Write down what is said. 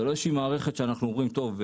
זה לא איזושהי מערכת שאנחנו אומרים: טוב,